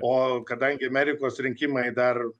o kadangi amerikos rinkimai dar